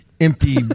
empty